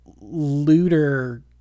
looter